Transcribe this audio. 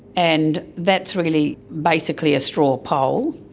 and that's really basically a straw poll,